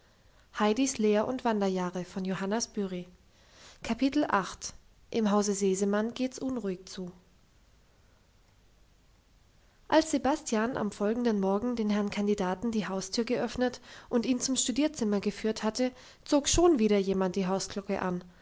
im hause sesemann geht's unruhig zu als sebastian am folgenden morgen dem herrn kandidaten die haustür geöffnet und ihn zum studierzimmer geführt hatte zog schon wieder jemand die hausglocke an